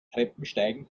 treppensteigen